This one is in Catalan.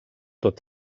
tot